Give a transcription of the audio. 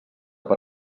per